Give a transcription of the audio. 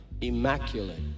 immaculate